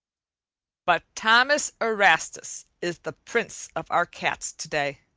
but thomas erastus is the prince of our cats to-day.